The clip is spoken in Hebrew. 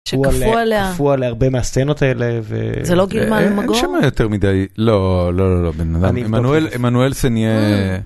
‫שכפו עליה הרבה מהסצנות האלה, ‫וזה לא גילמה אלמגור? ‫אני שומע יותר מדי. ‫לא, לא, לא, בן אדם. ‫עמנואל סניה.